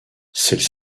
celles